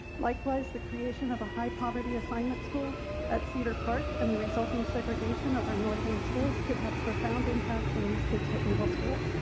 likewise the creation of a high poverty assignment school at cedar park and the resulting segregation of our north end schools could have profound impacts when these kids hit middle school.